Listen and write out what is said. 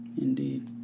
Indeed